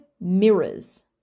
mirrors